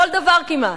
כל דבר כמעט.